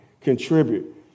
contribute